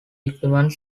equipment